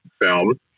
film